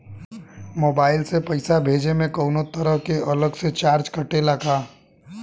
Mobile से पैसा भेजे मे कौनों तरह के अलग से चार्ज कटेला का?